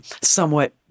somewhat